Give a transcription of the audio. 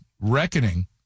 reckoning